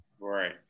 Right